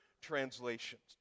translations